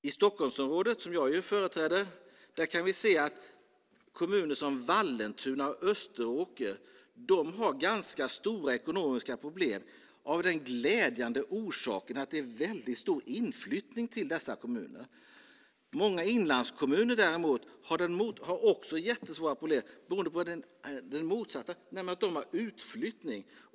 I Stockholmsområdet, som jag ju företräder, kan vi se att kommuner som Vallentuna och Österåker har ganska stora ekonomiska problem av den glädjande orsaken att det är väldigt stor inflyttning till dessa kommuner. Många inlandskommuner däremot har också jättestora problem beroende på det motsatta, nämligen att de har utflyttning.